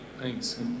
thanks